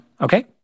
Okay